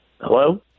Hello